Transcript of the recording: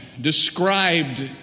described